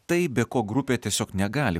tai be ko grupė tiesiog negali